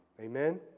Amen